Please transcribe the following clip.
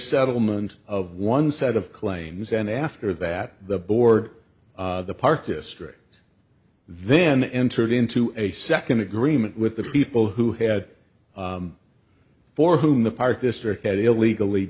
settlement of one set of claims and after that the board the park district then entered into a second agreement with the people who had for whom the park district had illegally